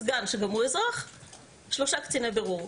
סגן שגם הוא אזרח ושלושה קציני בירור.